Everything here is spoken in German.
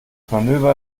manöver